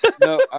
No